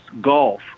Golf